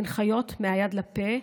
הן חיות מהיד לפה,